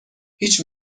هیچ